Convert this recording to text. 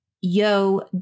yo